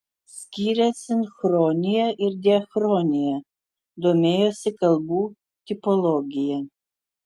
skyrė sinchroniją ir diachroniją domėjosi kalbų tipologija